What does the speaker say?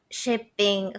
shipping